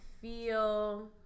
feel